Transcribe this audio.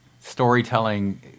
Storytelling